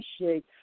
appreciate